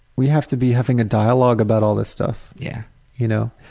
we have to be having a dialog about all this stuff, yeah you know.